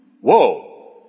Whoa